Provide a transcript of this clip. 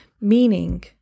meaning